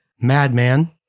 Madman